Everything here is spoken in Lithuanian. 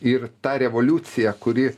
ir ta revoliucija kuri